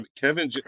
Kevin